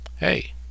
Hey